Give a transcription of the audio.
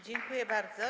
Dziękuję bardzo.